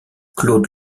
claude